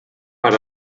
per